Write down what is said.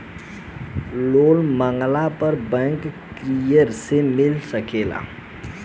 loan मांगला पर bank कियोर से मिल सकेला